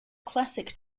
classic